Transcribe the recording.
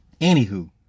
Anywho